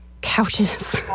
couches